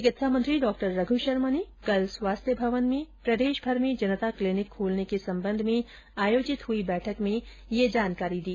चिकित्सा मंत्री डॉ रघु शर्मा ने कल स्वास्थ्य भवन में प्रदेश भर में जनता क्लीनिक खोलने के सम्बंध में आयोजित बैठक में ये जानकारी दी